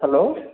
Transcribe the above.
hello